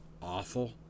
Awful